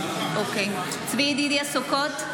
בעד צבי ידידיה סוכות,